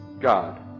God